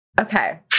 Okay